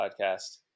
podcast